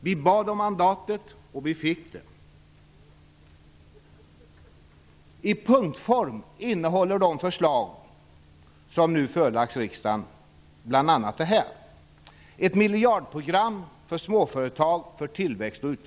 Vi bad om mandatet, och vi fick det.